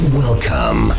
welcome